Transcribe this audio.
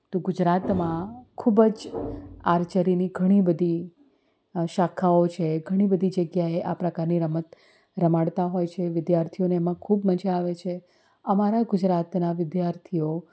તો ગુજરાતમાં ખૂબ જ આર્ચરીની ઘણી બધી શાખાઓ છે ઘણી બધી જગ્યાએ આ પ્રકારની રમત રમાડતાં હોય છે વિદ્યાર્થીઓને એમાં ખૂબ મજા આવે છે અમારા ગુજરાતના વિદ્યાર્થીઓ